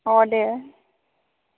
अ दे